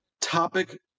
topic